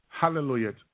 Hallelujah